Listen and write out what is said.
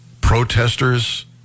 protesters